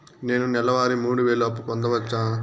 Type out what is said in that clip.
నేను నెల వారి మూడు వేలు అప్పు పొందవచ్చా?